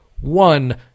one